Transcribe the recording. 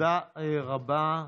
תודה רבה.